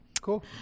Cool